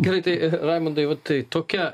gerai tai raimundai va tai tokia